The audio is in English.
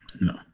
No